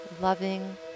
loving